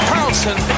Carlson